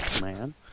man